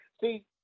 see